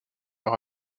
leur